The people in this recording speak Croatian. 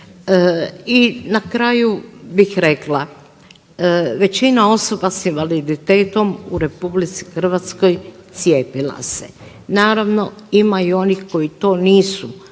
I na kraju bih rekla, većina osoba s invaliditetom u RH cijepila se, naravno ima i onih koji to nisu učinili,